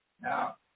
Now